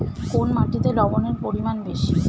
কোন মাটিতে লবণের পরিমাণ বেশি?